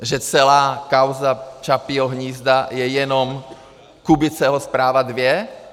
Že celá kauza Čapího hnízda je jenom Kubiceho zpráva dvě?